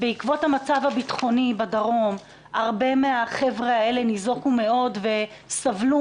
בעקבות המצב הביטחוני בדרום הרבה מהחבר'ה האלה ניזוקו מאוד וסבלו